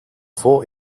full